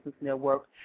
Network